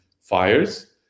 fires